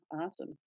Awesome